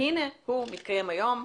אבל הנה הוא מתקיים היום.